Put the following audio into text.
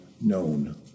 known